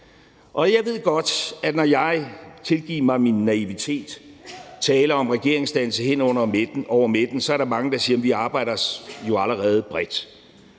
Og jeg ved godt, at når jeg – tilgiv mig min naivitet – taler om regeringsdannelse hen over midten, så er der mange, der siger, at vi jo allerede arbejder